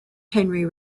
henry